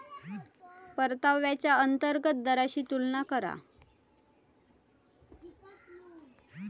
परताव्याच्या अंतर्गत दराशी तुलना करा